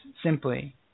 simply